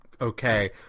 okay